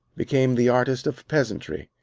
became the artist of peasantry.